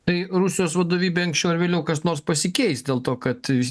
tai rusijos vadovybėj anksčiau ar vėliau kas nors pasikeis dėl to kad